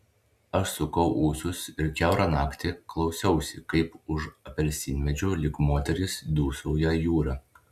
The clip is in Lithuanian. aš sukau ūsus ir kiaurą naktį klausiausi kaip už apelsinmedžių lyg moteris dūsauja jūra